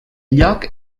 lloc